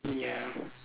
ya